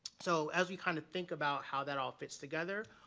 so as we kind of think about how that all fits together,